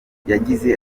yagize